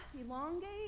elongate